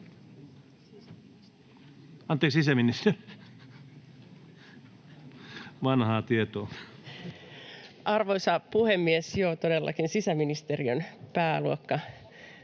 Anteeksi, sisäministeriön. Vanhaa tietoa. Arvoisa puhemies! Joo, todellakin sisäministeriön pääluokka